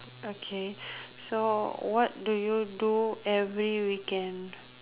okay so what do you do every weekend